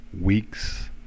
weeks